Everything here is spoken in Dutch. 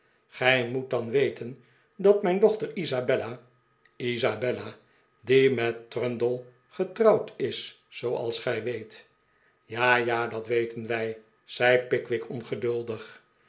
gij moet dan weten dat mijn dochter isabella isabella die met trundle getrouwd is zooals gij weet ja ja dat weten wij zei pickwick